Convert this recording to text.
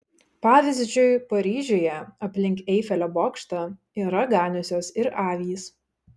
pavyzdžiui paryžiuje aplink eifelio bokštą yra ganiusios ir avys